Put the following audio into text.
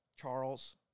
Charles